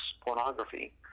pornography